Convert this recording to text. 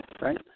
right